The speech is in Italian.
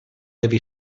deve